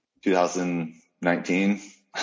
2019